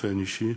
באופן אישי.